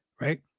right